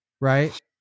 Right